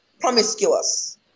promiscuous